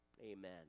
Amen